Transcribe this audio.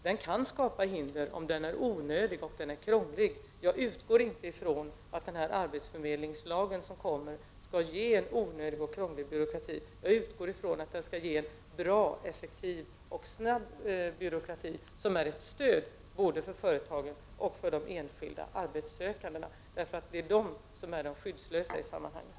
Den kan skapa hinder om den är onödig och krånglig. Jag utgår inte från att den arbetsförmedlingslag som kommer skall innebära en onödig och krånglig byråkrati, utan jag utgår från att den skall innebära en bra, effektiv och snabb byråkrati, som är ett stöd både för företagen och för de enskilda arbetssökandena, som är de skyddslösa i sammanhanget.